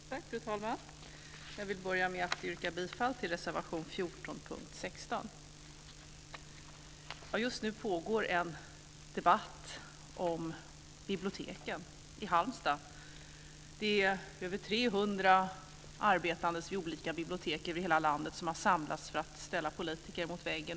Fru talman! Jag vill börja med att yrka bifall till reservation 14 under punkt 16. Just nu pågår en debatt i Halmstad om biblioteken. Det är över 300 personer som arbetar vid olika bibliotek i hela landet som har samlats för att ställa politiker mot väggen.